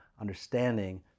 understanding